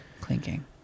Clinking